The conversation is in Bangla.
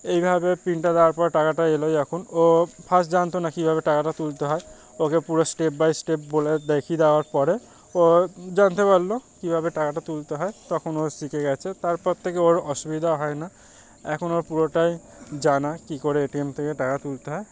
এইভাবে পিনটা দেওয়ার পর টাকাটা এল এই এখন ও ফার্স্ট জানত না কীভাবে টাকাটা তুলতে হয় ওকে পুরো স্টেপ বাই স্টেপ বলে দেখিয়ে দেওয়ার পরে ও জানতে পারল কীভাবে টাকাটা তুলতে হয় তখন ও শিখে গেছে তারপর থেকে ওর অসুবিধা হয় না এখন ওর পুরোটাই জানা কী করে এ টি এম থেকে টাকা তুলতে হয়